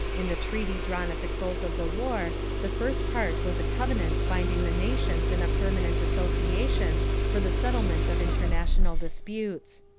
in the treaty drawn at the close of the war the first part was a covenant binding the nations in a permanent association for the settlement of international disputes.